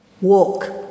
Walk